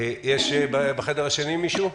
ההסתייגות נתקבלה.